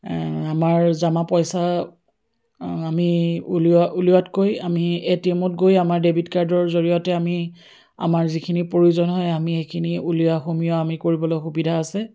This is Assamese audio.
আমাৰ জমা পইচা আমি উলিওৱা উলিওৱাতকৈ আমি এটিএমত গৈ আমাৰ ডেবিট কাৰ্ডৰ জৰিয়তে আমি আমাৰ যিখিনি প্ৰয়োজন হয় আমি সেইখিনি উলিওৱা সোমোৱা আমি কৰিবলৈ সুবিধা আছে